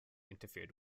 interfered